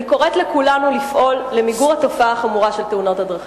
אני קוראת לכולנו לפעול למיגור התופעה החמורה של תאונות הדרכים.